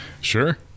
Sure